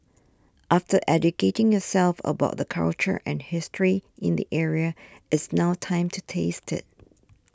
after educating yourself about the culture and history in the area it's now time to taste it